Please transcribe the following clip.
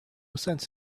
sense